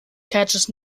catches